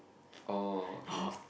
orh okay